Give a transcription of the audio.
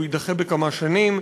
הוא יידחה בכמה שנים,